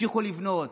תמשיכו לבנות.